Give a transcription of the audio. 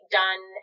done